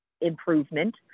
improvement